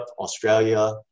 australia